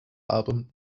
album